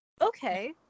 okay